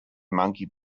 monkey